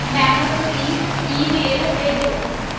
महक गी ईमेल भेजो